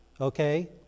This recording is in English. okay